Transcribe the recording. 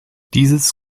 dieses